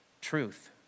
truth